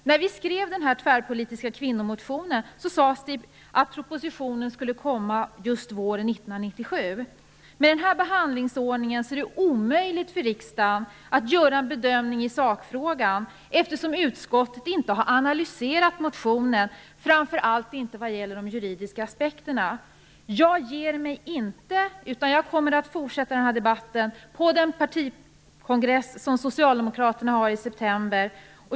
När vi skrev den här tvärpolitiska kvinnomotionen sades det att propositionen skulle komma just våren 1997. Med den här behandlingsordningen är det omöjligt för riksdagen att göra en bedömning i sakfrågan, eftersom utskottet inte har analyserat motionen, framför allt inte vad gäller de juridiska aspekterna. Jag ger mig inte, utan jag kommer att fortsätta den här debatten på den partikongress som Socialdemokraterna håller i september.